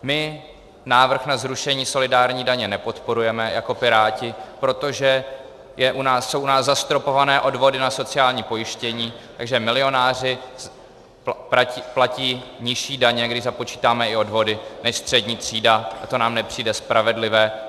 My návrh na zrušení solidární daně nepodporujeme jako Piráti, protože jsou u nás zastropované odvody na sociální pojištění, takže milionáři platí nižší daně, když započítáme i odvody, než střední třída, a to nám nepřijde spravedlivé.